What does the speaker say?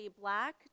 black